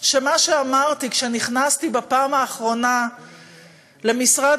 שמה שאמרתי כשנכנסתי בפעם האחרונה למשרד